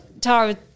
Tara